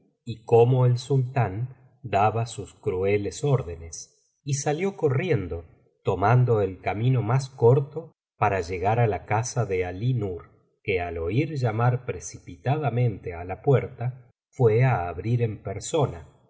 y cómo el sultán daba sus crueles órdenes y salió corriendo tomando el camino más corto para llegar á la casa de alí nur que al oir llamar precipitadamente á la puerta fué á abrir en persona